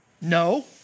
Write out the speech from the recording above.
No